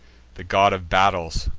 the god of battles,